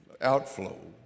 outflow